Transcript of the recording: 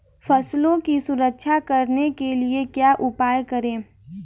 फसलों की सुरक्षा करने के लिए क्या उपाय करें?